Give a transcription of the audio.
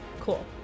Cool